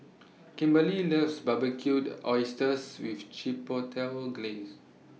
Kimberly loves Barbecued Oysters with Chipotle Glaze